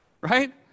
right